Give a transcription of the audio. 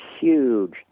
huge